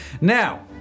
Now